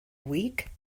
week